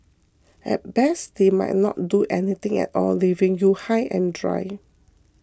at best they might not do anything at all leaving you high and dry